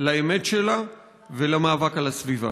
לאמת שלה ולמאבק על הסביבה.